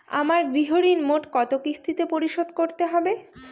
আমার গৃহঋণ মোট কত কিস্তিতে পরিশোধ করতে হবে?